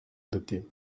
adoptée